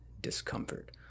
discomfort